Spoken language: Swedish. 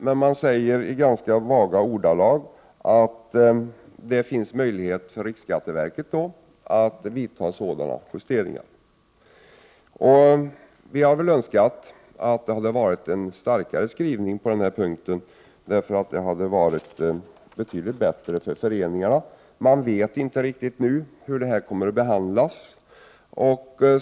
Det sägs däremot i ganska vaga ordalag att det finns möjlighet för riksskatteverket att vidta sådana justeringar. Vi skulle Önska att det hade funnits en starkare skrivning på den här punkten, eftersom det skulle ha varit betydligt bättre för föreningarna. Man vet nu inte riktigt hur detta kommer att behandlas.